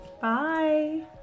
Bye